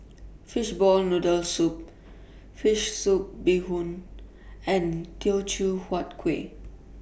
Fishball Noodle Soup Fish Soup Bee Hoon and Teochew Huat Kuih